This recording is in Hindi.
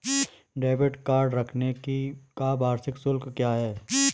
डेबिट कार्ड रखने का वार्षिक शुल्क क्या है?